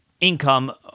Income